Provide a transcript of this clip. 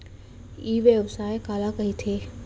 ई व्यवसाय काला कहिथे?